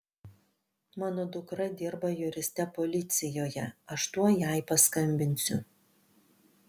mano dukra dirba juriste policijoje aš tuoj jai paskambinsiu